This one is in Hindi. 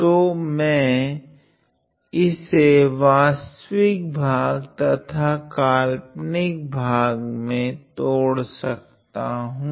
तो मैं इसे वास्तविक भाग तथा काल्पनिक भाग मे तोड़ सकता हूँ